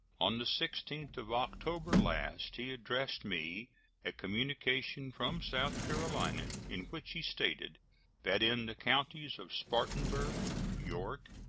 on the sixteenth of october last he addressed me a communication from south carolina, in which he stated that in the counties of spartanburg, york,